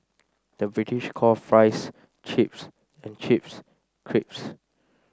the British call fries chips and chips